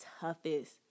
toughest